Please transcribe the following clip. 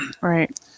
Right